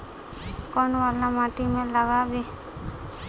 कौन वाला माटी में लागबे?